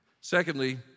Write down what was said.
Secondly